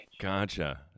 Gotcha